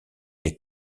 les